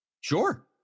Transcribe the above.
Sure